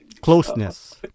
Closeness